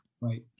Right